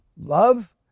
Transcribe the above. love